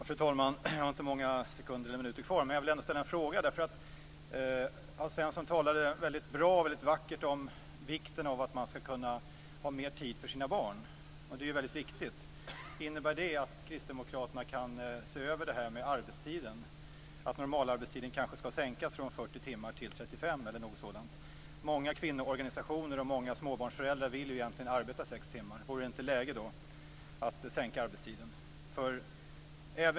Fru talman! Jag har inte många minuter kvar, men jag vill ändå ställa en fråga. Alf Svensson talade mycket bra och vackert om vikten av att man skall kunna ha mer tid för sina barn. Det är ju väldigt viktigt. Innebär det att Kristdemokraterna kan se över arbetstiden, så att normalarbetstiden kanske skall sänkas från 40 till 35 timmar eller något sådant? Många kvinnoorganisationer och många småbarnsföräldrar vill ju egentligen arbeta sex timmar. Vore det inte läge att sänka arbetstiden?